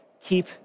keep